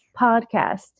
podcast